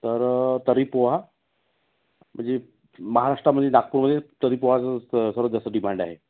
तर तर्री पोहा म्हणजे महाराष्ट्रामध्ये नागपूरमध्ये तर्री पोहाचं तं सर्वात जास्त डिमांड आहे